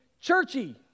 churchy